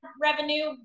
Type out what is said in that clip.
revenue